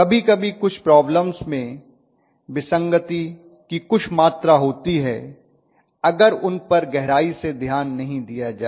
कभी कभी कुछ प्रॉब्लम में विसंगति की कुछ मात्रा होती है अगर उनपर गहराई से ध्यान नहीं दिया जाए